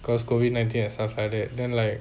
cause COVID nineteen and stuff like that then like